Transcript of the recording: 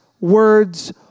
words